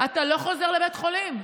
אתה לא חוזר לבית החולים.